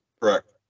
Correct